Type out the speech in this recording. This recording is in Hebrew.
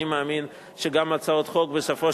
אני מאמין שגם הצעות החוק בסופו,